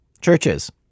churches